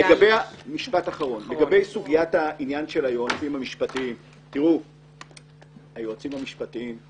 לגבי סוגיית היועצים המשפטיים היועצים המשפטיים,